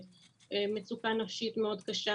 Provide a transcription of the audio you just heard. מצוקה נפשית מאוד קשה,